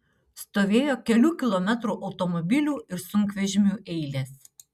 stovėjo kelių kilometrų automobilių ir sunkvežimių eilės